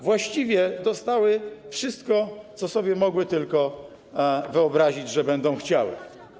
Właściwie dostały wszystko, co sobie mogły tylko wyobrazić, że będą chciały.